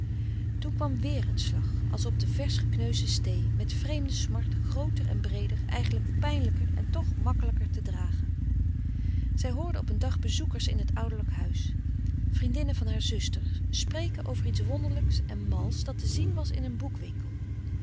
kwam wéér een slag als op de versch gekneusde stee met vreemde smart grooter en breeder eigenlijk pijnlijker en toch makkelijker te dragen zij hoorde op een dag bezoekers in het ouderlijk frederik van eeden van de koele meren des doods huis vriendinnen van haar zuster spreken over iets wonderlijks en mals dat te zien was in een